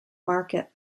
market